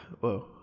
whoa